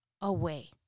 away